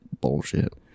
bullshit